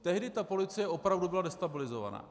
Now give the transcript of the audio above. Tehdy ta policie opravdu byla destabilizovaná.